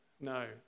No